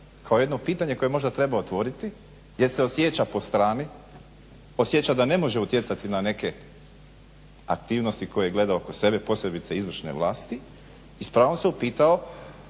kao jedno pitanje koje možda treba otvoriti jer se osjeća po strani, osjeća da ne može utjecati na neke aktivnosti koje gleda oko sebe, posebice izvršne vlasti i s pravom se upitao